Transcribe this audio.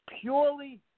purely